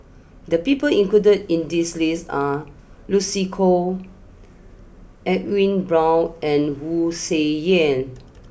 the people included in this list are Lucy Koh Edwin Brown and Wu Tsai Yen